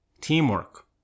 teamwork